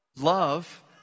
Love